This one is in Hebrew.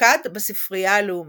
מופקד בספרייה הלאומית.